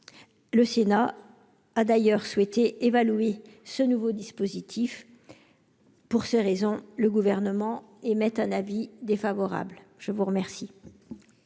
Le Sénat a d'ailleurs souhaité évaluer ce nouveau dispositif. Pour ces raisons, le Gouvernement émet un avis défavorable sur cet